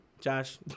Josh